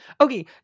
Okay